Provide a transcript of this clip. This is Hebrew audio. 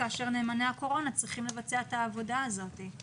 כאשר נאמני הקורונה צריכים לבצע את העבודה הזאת.